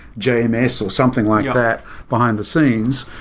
yeah um it's or something like that behind the scenes.